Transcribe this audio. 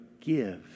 give